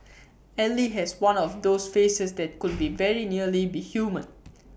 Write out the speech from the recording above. ally has one of those faces that could very nearly be human